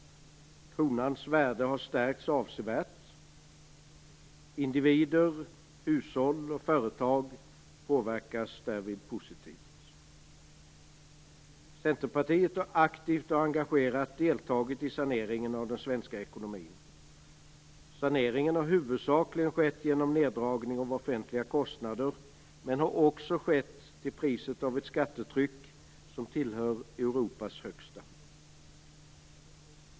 Kronans värde har stärkts avsevärt. Individer, hushåll och företag påverkas därvid positivt. Centerpartiet har aktivt och engagerat deltagit i saneringen av den svenska ekonomin. Saneringen har huvudsakligen skett genom neddragning av offentliga kostnader, men har också skett till priset av ett skattetryck som tillhör Europas högsta.